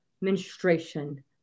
menstruation